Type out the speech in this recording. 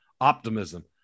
optimism